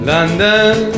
London